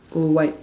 oh white